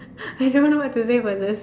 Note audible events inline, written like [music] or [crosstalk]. [laughs] I don't know what to say about this